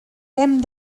hem